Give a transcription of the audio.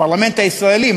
הפרלמנט הישראלי,